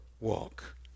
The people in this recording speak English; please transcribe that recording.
walk